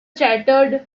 chattered